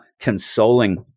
consoling